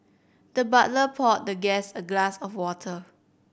the butler poured the guest a glass of water